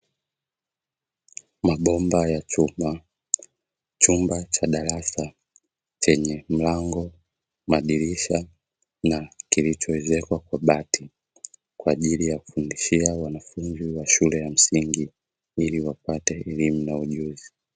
Mabomba ya chuma, chumba cha darasa chenye mlango, madirisha na kilichoezekwa kwa bati, kwa ajili ya kufundishia wanafunzi wa shule ya msingi ili wapate elimu na ujuzi.